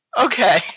Okay